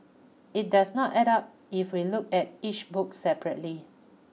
it does not add up if we look at each book separately